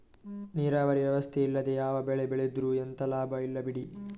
ನೀರಾವರಿ ವ್ಯವಸ್ಥೆ ಇಲ್ಲದೆ ಯಾವ ಬೆಳೆ ಬೆಳೆದ್ರೂ ಎಂತ ಲಾಭ ಇಲ್ಲ ಬಿಡಿ